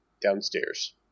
downstairs